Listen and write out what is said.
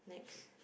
next